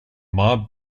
mob